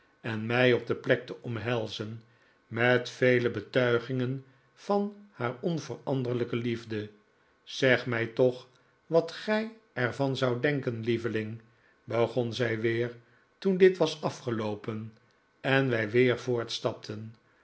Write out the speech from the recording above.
en mij op de plek te omhelzen met vele betuigingen van haar onveranderlijke liefde zeg mij toch wat gij er van zoudt denken lieveling begon zij weer toen dit was afgeloopen en wij weer voortstapten